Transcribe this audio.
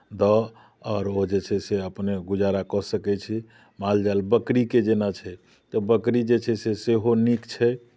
दऽ आओर ओ जे छै से अपने गुजारा कऽ सकै छी मालजाल बकरीके जेना छै तऽ बकरी जे छै से सेहो नीक छै